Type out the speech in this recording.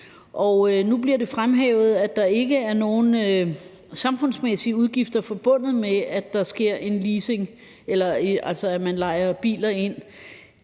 Nu bliver det fremhævet, at der ikke er nogen samfundsmæssige udgifter forbundet med, at der sker en leasing, altså at man lejer biler ind.